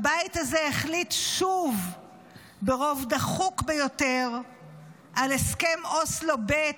הבית הזה החליט שוב ברוב דחוק ביותר על הסכם אוסלו ב'